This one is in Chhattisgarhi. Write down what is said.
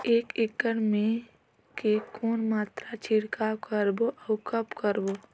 एक एकड़ मे के कौन मात्रा छिड़काव करबो अउ कब करबो?